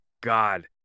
God